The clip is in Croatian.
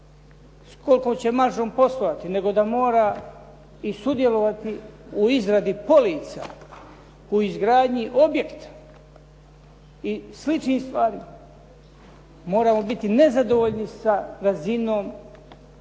kolikom će maržom poslovati, nego da mora i sudjelovati u izradi polica, u izgradnji objekta i sličnih stvari. Moramo biti nezadovoljni sa razinom, sa